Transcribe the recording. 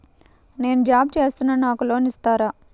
నేను జాబ్ చేస్తున్నాను నాకు లోన్ ఇస్తారా?